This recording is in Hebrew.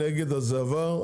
אין נגד אז זה עבר.